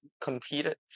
competed